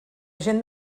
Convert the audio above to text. gent